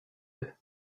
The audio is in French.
deux